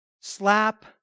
slap